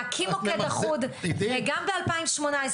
להקים מוקד אחוד וגם ב-2018,